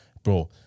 Bro